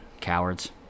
cowards